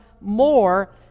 more